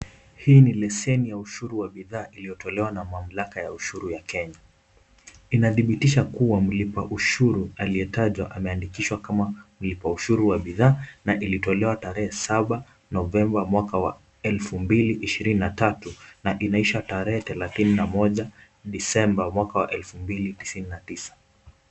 Hii ni leseni ya ushuru wa bidhaa iliyotolewa na mamlaka ya ushuru ya Kenya. Inadhibitisha kuwa mlipa ushuru aliyetajwa ameandikishwa kama mlipa ushuru wa bidhaa na ilitolewa tarehe saba Novemba mwaka wa elfu mbili ishirini na tatu na inaisha tarehe thelathini na moja Disemba mwaka wa elfu mbili tisini na tisa.